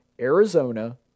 Arizona